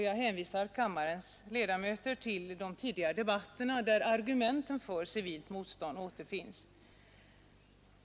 Jag hänvisar kammarens ledamöter till protokollen från de tidigare debatterna, där argumenten för civilt motstånd återfinns.